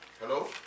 Hello